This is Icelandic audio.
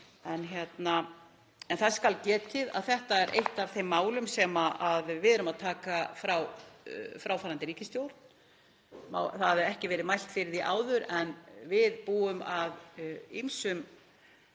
Þess skal getið að þetta er eitt af þeim málum sem við erum að taka við frá fráfarandi ríkisstjórn. Það hafði ekki verið mælt fyrir því áður en við búum að ýmsum